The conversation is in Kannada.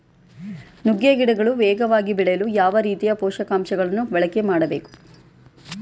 ನುಗ್ಗೆ ಗಿಡಗಳು ವೇಗವಾಗಿ ಬೆಳೆಯಲು ಯಾವ ರೀತಿಯ ಪೋಷಕಾಂಶಗಳನ್ನು ಬಳಕೆ ಮಾಡಬೇಕು?